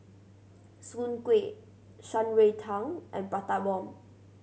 soon kway Shan Rui Tang and Prata Bomb